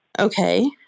Okay